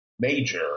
major